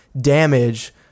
damage